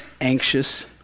anxious